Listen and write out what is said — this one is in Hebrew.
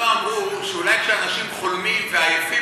לא אמרו שאולי כשאנשים חולמים ועייפים,